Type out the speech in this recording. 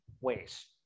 ways